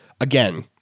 again